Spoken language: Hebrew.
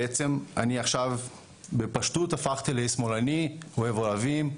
בעצם אני עכשיו בפשטות הפכתי לאיש שמאלני אוהב ערבים,